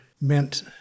meant